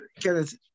Kenneth